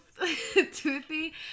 Toothy